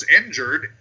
injured